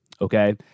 okay